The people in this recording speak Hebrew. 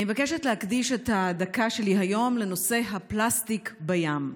אני מבקשת להקדיש את הדקה שלי היום לנושא הפלסטיק בים.